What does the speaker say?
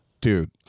dude